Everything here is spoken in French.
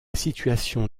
situation